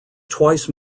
twice